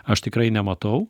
aš tikrai nematau